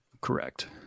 Correct